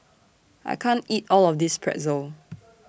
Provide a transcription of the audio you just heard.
I can't eat All of This Pretzel